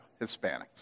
Hispanics